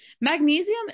Magnesium